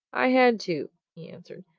i had to, he answered.